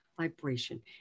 vibration